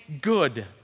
good